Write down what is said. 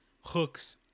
hooks